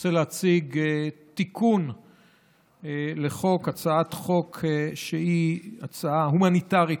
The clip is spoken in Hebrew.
רוצה להציג הצעת תיקון לחוק שהיא הצעה הומניטרית,